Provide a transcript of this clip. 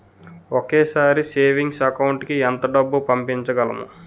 ఒకేసారి savings account కి ఎంత డబ్బు పంపించగలము?